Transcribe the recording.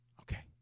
Okay